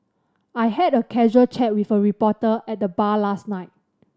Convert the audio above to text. I had a casual chat with a reporter at the bar last night